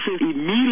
immediately